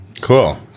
Cool